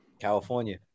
California